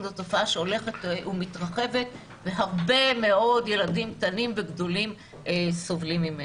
זו תופעה שהולכת ומתרחבת והרבה מאוד ילדים קטנים וגדולים סובלים ממנה.